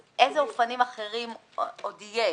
אז איזה אופנים אחרים עוד יש?